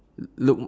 luk